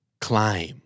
Climb